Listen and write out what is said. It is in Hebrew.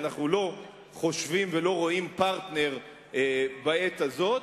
כי אנחנו לא חושבים ולא רואים פרטנר בעת הזאת.